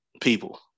people